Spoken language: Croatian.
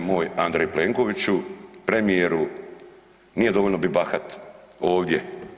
E moj Andrej Plenkoviću, premijeru, nije dovoljno bit bahat ovdje.